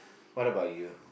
what about you